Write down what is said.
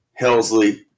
Helsley